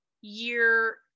year